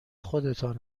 خودتان